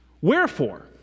Wherefore